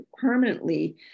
permanently